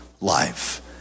life